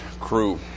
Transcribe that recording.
crew